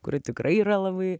kuri tikrai yra labai